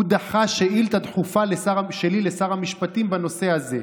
דחה שאילתה דחופה שלי לשר המשפטים בנושא הזה,